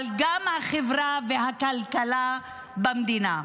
אבל גם החברה והכלכלה במדינה.